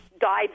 died